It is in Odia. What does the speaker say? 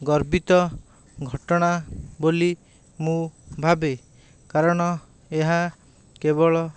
ଗର୍ବିତ ଘଟଣା ବୋଲି ମୁଁ ଭାବେ କାରଣ ଏହା କେବଳ